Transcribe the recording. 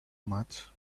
much